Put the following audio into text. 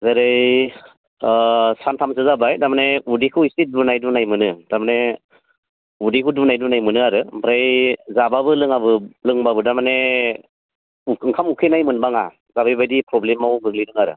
ओरै सानथामसो जाबाय थारमानि उदैखौ एसे दुनाय दुनाय मोनो थारमानि उदैखौ दुनाय दुनाय मोनो आरो ओमफ्राय जाबाबो लोंबाबो लोंबाबो दामानि ओंखाम उखैनाय मोनबाङा दा बेबायदि प्रब्लेमआव गोग्लैदों आरो